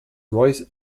royce